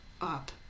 up